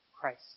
Christ